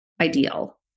ideal